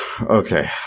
Okay